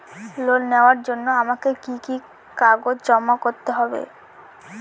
Loan নেওয়ার জন্য আমাকে কি কি কাগজ জমা করতে হবে?